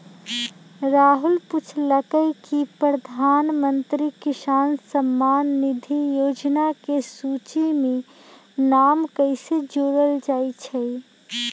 राहुल पूछलकई कि प्रधानमंत्री किसान सम्मान निधि योजना के सूची में नाम कईसे जोरल जाई छई